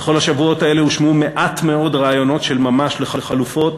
בכל השבועות האלה הושמעו מעט מאוד רעיונות של ממש לחלופות,